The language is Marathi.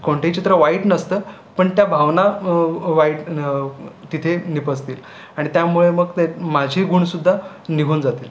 कोणतंही चित्र वाईट नसतं पण त्या भावना वाईट तिथे निपजतील आणि त्यामुळे मग ते माझी गुणसुद्धा निघून जातील